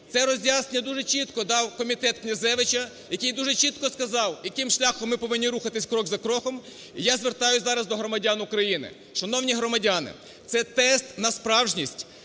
Це роз'яснення дуже чітко дав комітет Князевича, який дуже чітко сказав, яким шляхом ми повинні рухатися крок за кроком. Я звертаюся зараз до громадян України. Шановні громадяни, це тест на справжність,